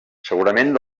segurament